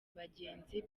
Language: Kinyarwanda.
bagenzi